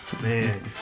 man